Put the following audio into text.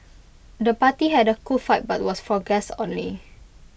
the party had A cool vibe but was for guests only